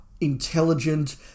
intelligent